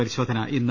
പരിശോധന ഇന്ന്